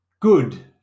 Good